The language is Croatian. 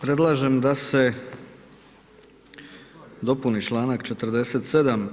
Predlažem da se dopuni članak 47.